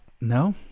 No